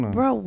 Bro